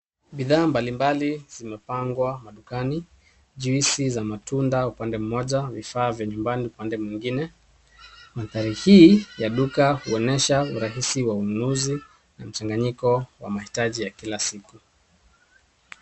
Bidhaa mbalimbali zimepangwa madukani. Juisi za matunda upande mmoja, vifaa vya nyumbani upande mwingine. Mandhari hii ya duka huonyesha urahisi wa ununuzi na mchanganyiko wa mahitaji ya kila siku.